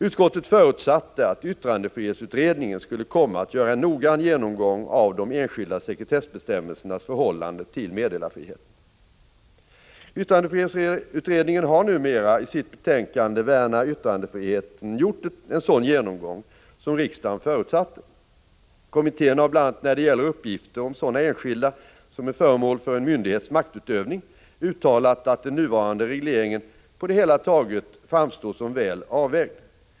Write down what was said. Utskottet förutsatte att yttrandefrihetsutredningen skulle komma att göra en noggrann genomgång av de enskilda sekretessbestämmelsernas förhållande till meddelarfriheten. Värna yttrandefriheten gjort en sådan genomgång som riksdagen förutsatte. Kommittén har bl.a. när det gäller uppgifter om sådana enskilda som är föremål för en myndighets maktutövning uttalat att den nuvarande regleringen på det hela taget framstår som väl avvägd .